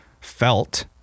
felt